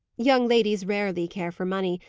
young ladies rarely care for money,